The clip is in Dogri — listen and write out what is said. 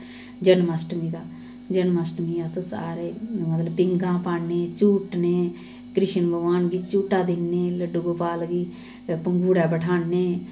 जनमाश्टमी दा जनमाश्टमी अस सारे मतलब पींह्गां पान्नें झूटनें कृश्ण भगवान गी झूटा दिन्नें लड्डू गोपाल गी पंघूड़ै बठान्नें